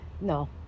No